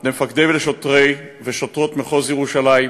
למפקדי ולשוטרי ושוטרות מחוז ירושלים,